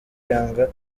yanga